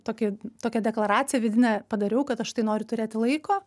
tokį tokią deklaraciją vidinę padariau kad aš tai noriu turėti laiko